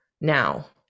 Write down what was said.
now